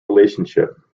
relationship